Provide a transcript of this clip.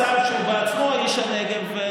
לשר שהוא בעצמו איש הנגב,